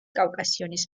კავკასიონის